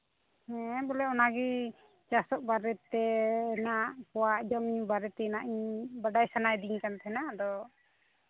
ᱦᱮᱸ ᱵᱚᱞᱮ ᱚᱱᱟᱜᱮ ᱪᱟᱥᱚᱜ ᱵᱟᱨᱮᱛᱮ ᱦᱮᱱᱟᱜ ᱠᱚᱣᱟ ᱡᱚᱢᱼᱧᱩ ᱵᱟᱨᱮ ᱛᱮᱱᱟᱜ ᱵᱟᱰᱟᱭ ᱥᱟᱱᱟᱭᱮᱫᱤᱧ ᱠᱟᱱ ᱛᱟᱦᱮᱱᱟ ᱟᱫᱚ